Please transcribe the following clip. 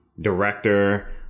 director